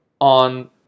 on